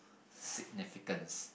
significance